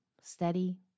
steady